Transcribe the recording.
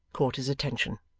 caught his attention.